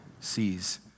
sees